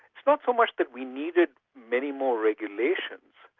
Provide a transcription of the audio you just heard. it's not so much that we needed many more regulations,